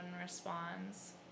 responds